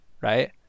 right